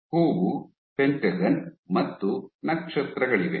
ಹೂವು ಪೆಂಟಗನ್ ಮತ್ತು ನಕ್ಷತ್ರಗಳಿವೆ